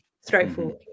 straightforward